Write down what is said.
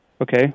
Okay